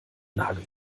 nagel